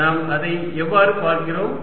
நாம் அதை எவ்வாறு பார்க்கிறோம்